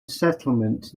settlement